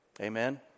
Amen